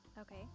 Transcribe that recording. okay